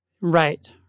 Right